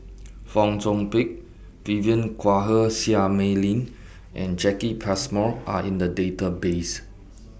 Fong Chong Pik Vivien Quahe Seah Mei Lin and Jacki Passmore Are in The Database